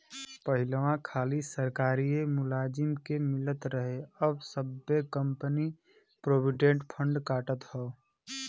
पहिलवा खाली सरकारिए मुलाजिम के मिलत रहे अब सब्बे कंपनी प्रोविडेंट फ़ंड काटत हौ